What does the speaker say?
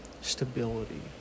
...stability